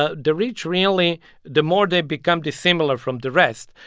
ah the rich really the more they become dissimilar from the rest,